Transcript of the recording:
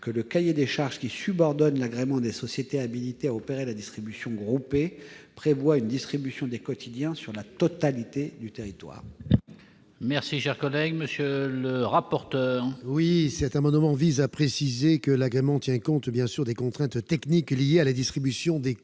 que le cahier des charges qui subordonne l'agrément des sociétés habilitées à opérer la distribution groupée prévoit une distribution des quotidiens sur la totalité du territoire. Quel est l'avis de la commission ? Cet amendement vise à préciser que l'agrément tient compte des contraintes techniques liées à la distribution des quotidiens.